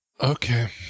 Okay